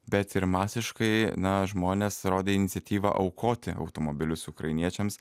bet ir masiškai na žmonės rodė iniciatyvą aukoti automobilius ukrainiečiams